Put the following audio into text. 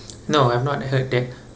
no I have not heard that